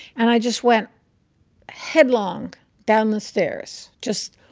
and i just went headlong down the stairs just,